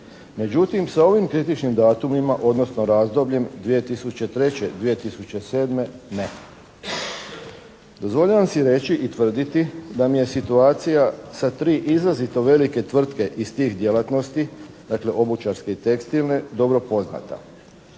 Međutim, sa ovim kritičnim datumima, odnosno razdobljem 2003./2007. ne. Dozvoljavam si reći i tvrditi da mi je situacija sa tri izrazito velike tvrtke iz tih djelatnosti, dakle obućarske i tekstilne dobro poznata.